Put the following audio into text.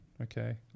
Okay